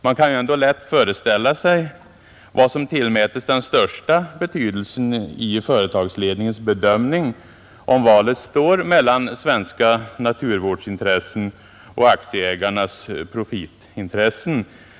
Det är lätt att föreställa sig vad som tillmäts den största betydelsen vid företagsledningens bedömning, om valet står mellan svenska naturvårdsintressen och aktieägarnas profitintressen.